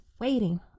waiting